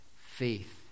faith